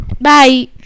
Bye